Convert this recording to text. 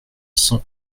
cent